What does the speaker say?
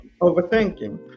overthinking